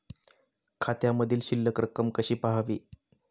खात्यामधील शिल्लक रक्कम कशी पहावी?